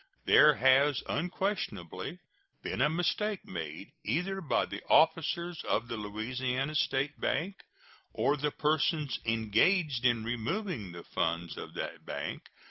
there has unquestionably been a mistake made, either by the officers of the louisiana state bank or the persons engaged in removing the funds of that bank,